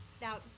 Now